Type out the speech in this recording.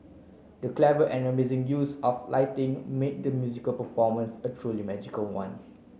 the clever and amazing use of lighting made the musical performance a truly magical one